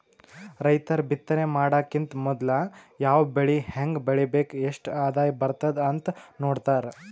ರೈತರ್ ಬಿತ್ತನೆ ಮಾಡಕ್ಕಿಂತ್ ಮೊದ್ಲ ಯಾವ್ ಬೆಳಿ ಹೆಂಗ್ ಬೆಳಿಬೇಕ್ ಎಷ್ಟ್ ಆದಾಯ್ ಬರ್ತದ್ ಅಂತ್ ನೋಡ್ತಾರ್